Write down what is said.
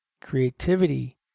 Creativity